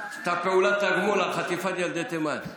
הייתה פעולת תגמול על חטיפת ילדי תימן.